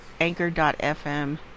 Anchor.fm